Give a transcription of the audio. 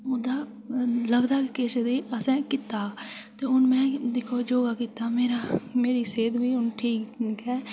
ओह्दा लभदा किश ते असें कीता ते हून में दिक्खो योगा कीता मेरा मेरी सेह्त बी हून ठीक ऐ